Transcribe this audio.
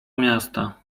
miasta